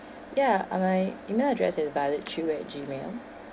ya uh my email address is violet chew at gmail